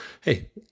hey